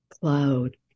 cloud